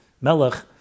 Melech